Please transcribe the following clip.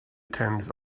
tenth